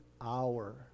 hour